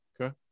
Okay